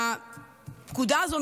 הפקודה הזאת,